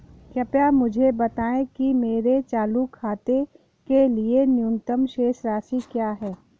कृपया मुझे बताएं कि मेरे चालू खाते के लिए न्यूनतम शेष राशि क्या है?